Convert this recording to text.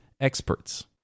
experts